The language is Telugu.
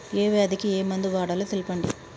ఏ వ్యాధి కి ఏ మందు వాడాలో తెల్పండి?